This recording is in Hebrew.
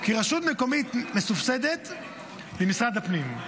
כי רשות מקומית מסובסדת ממשרד הפנים,